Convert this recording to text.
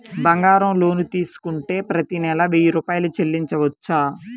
బంగారం లోన్ తీసుకుంటే ప్రతి నెల వెయ్యి రూపాయలు చెల్లించవచ్చా?